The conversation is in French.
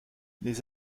les